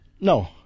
No